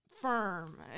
firm